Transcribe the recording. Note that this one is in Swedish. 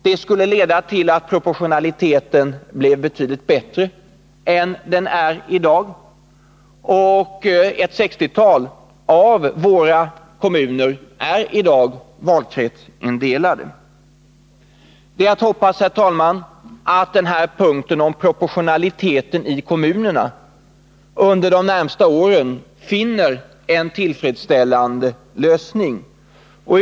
Det skulle leda till att proportionaliteten bleve betydligt bättre än den i dag är. Och ett sextiotal av våra kommuner är f. n. valkretsindelade. Det är att hoppas att frågan om proportionalitet i kommunerna får en tillfredsställande lösning under de närmaste åren.